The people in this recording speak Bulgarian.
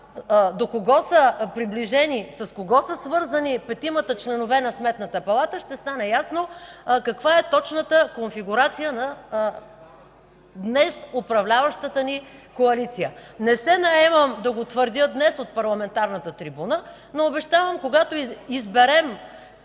до кого са приближени, с кого са свързани петимата членове на Сметната палата, ще стане ясно каква е точната конфигурация на днес управляващата ни коалиция. Не се наемам да го твърдя днес от парламентарната трибуна, но обещавам, когато изберем